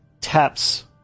taps